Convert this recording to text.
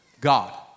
God